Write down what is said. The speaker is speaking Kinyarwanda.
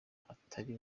atari